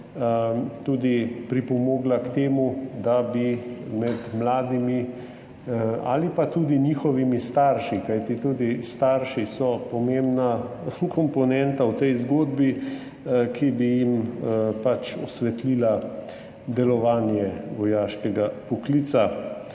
tudi pripomogla k temu, da bi mladim ali pa tudi njihovim staršem, kajti tudi starši so pomembna komponenta v tej zgodbi, osvetlila delovanje vojaškega poklica.